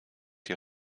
die